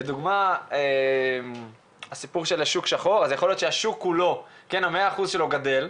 לדוגמה הסיפור של השוק שחור, ה-100% שלו גדל,